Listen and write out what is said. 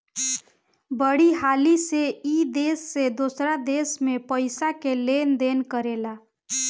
बड़ी हाली से ई देश से दोसरा देश मे पइसा के लेन देन करेला